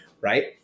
right